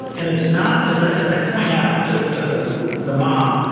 and it's not, as i as i point out to to the the mom,